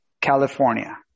California